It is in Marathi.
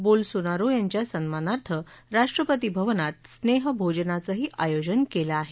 बोल सोनारो यांच्या सन्मानार्थ राष्ट्रपती भवनात स्नेहभोजनाचंही आयोजन केलं आहे